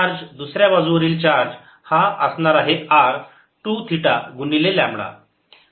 charge दुसऱ्या बाजूवरील charge हा असणार आहे r 2 थीटा गुणिले लांबडा